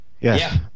Yes